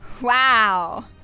Wow